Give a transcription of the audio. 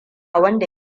wanda